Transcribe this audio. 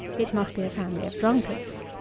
it must be a family of drunkards.